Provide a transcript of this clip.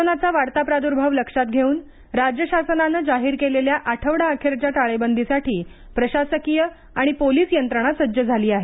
कोरोनाचा वाढता प्रादर्भाव लक्षात घेऊन राज्य शासनाने जाहीर केलेल्या आठवडा अखेरच्या टाळेबंदीसाठी प्रशासकीय आणि पोलीस यंत्रणा सज्ज झाली आहे